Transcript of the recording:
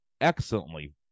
excellently